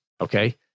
okay